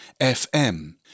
FM